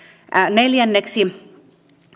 neljänneksi